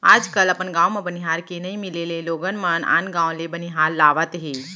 आज कल अपन गॉंव म बनिहार के नइ मिले ले लोगन मन आन गॉंव ले बनिहार लावत हें